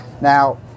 Now